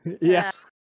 Yes